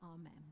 amen